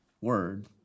word